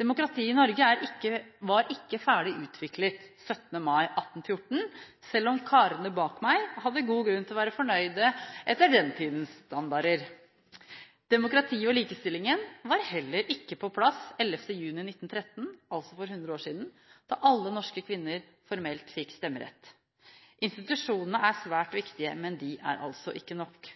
Demokratiet i Norge var ikke ferdig utviklet 17. mai 1814, selv om karene bak meg hadde god grunn til å være fornøyde etter den tids standarder. Demokratiet og likestillingen var heller ikke på plass 11. juni 1913, altså for 100 år siden, da alle norske kvinner formelt fikk stemmerett. Institusjonene er svært viktige, men de er altså ikke nok.